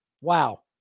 Wow